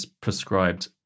prescribed